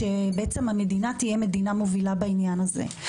שהמדינה תהיה מדינה מובילה בעניין הזה.